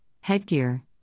headgear